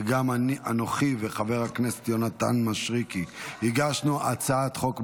וגם אנוכי וחבר הכנסת יונתן משריקי הגשנו הצעת חוק בעניין.